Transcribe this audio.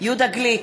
יהודה גליק,